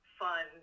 fun